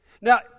Now